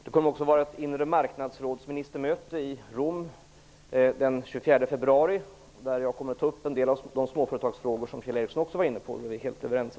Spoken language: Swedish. Det kommer att vara ett inremarknadsrådsministermöte i Rom den 24 februari, där jag kommer att ta upp en del av de småföretagsfrågor som Kjell Ericsson var inne på. Där är vi helt överens.